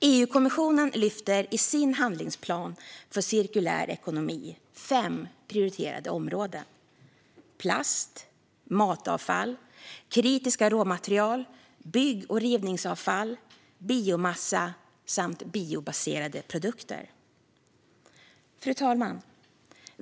EU-kommissionen lyfter i sin handlingsplan för cirkulär ekonomi fram fem prioriterade områden: plast, matavfall, kritiska råmaterial, bygg och rivningsavfall, biomassa samt biobaserade produkter. Fru talman!